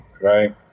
right